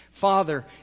Father